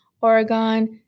Oregon